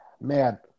Man